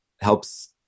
helps